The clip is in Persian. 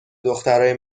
دخترای